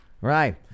Right